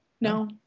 No